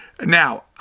Now